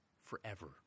forever